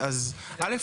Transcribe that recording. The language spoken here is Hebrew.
אז א',